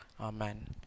Amen